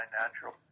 natural